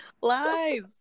lies